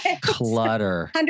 Clutter